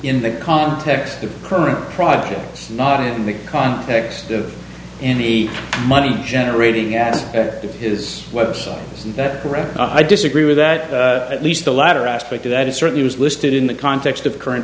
in the context of current product or not in the context of in the money generating aspect of his website is that correct i disagree with that at least the latter aspect of that is certainly was listed in the context of current